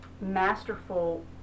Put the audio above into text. masterful